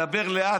מדבר לאט,